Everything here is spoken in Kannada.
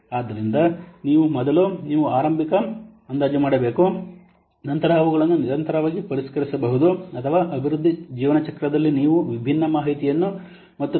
ಆದ್ದರಿಂದ ನೀವು ಮೊದಲು ನೀವು ಆರಂಭಿಕ ಅಂದಾಜು ಮಾಡಬೇಕು ನಂತರ ಅವುಗಳನ್ನು ನಿರಂತರವಾಗಿ ಪರಿಷ್ಕರಿಸಬಹುದು ಅಥವಾ ಅಭಿವೃದ್ಧಿ ಜೀವನಚಕ್ರದಲ್ಲಿ ನೀವು ವಿಭಿನ್ನ ಮಾಹಿತಿಯನ್ನು ಮತ್ತು ನವೀಕರಿಸಿದ ಮಾಹಿತಿಯನ್ನು ಪಡೆಯುತ್ತೀರಿ